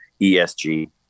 ESG